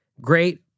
great